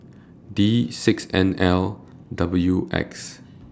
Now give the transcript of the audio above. D six N L W X